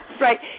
Right